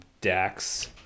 Dax